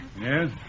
Yes